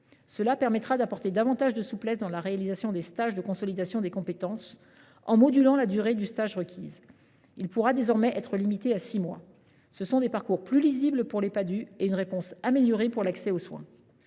Cela donnera davantage de souplesse dans la réalisation des stages de consolidation des compétences, en modulant la durée requise, qui pourra désormais être limitée à six mois. Ce sont des parcours plus lisibles pour les Padhue et une réponse améliorée pour l’accès aux soins.